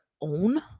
own